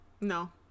No